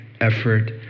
effort